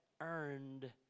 earned